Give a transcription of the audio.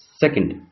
Second